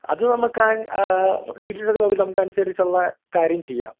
അത് നമുക്ക് ഡീറ്റെയിൽസൊക്കെ നോക്കിയിട്ട് നമുക്ക് അതനുസരിച്ചുളള കാര്യം ചെയ്യാം